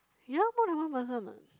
ya more than one person what